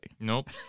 Nope